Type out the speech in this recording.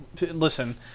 Listen